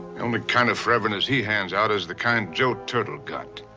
the only kind of foreverness he hands out is the kind joe turtle got.